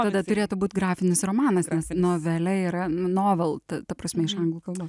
tada turėtų būt grafinis romanas novelė yra novel ta ta prasme iš anglų kalbos